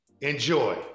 enjoy